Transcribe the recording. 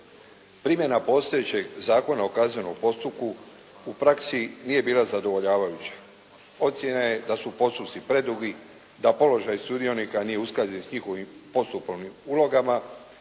Primjena postojećeg Zakona o kaznenom postupku u praksi nije bila zadovoljavajuća. Ocjenjeno je da su postupci predugi, da položaj sudionika nije u skladu s njihovim postupovnim ulogama,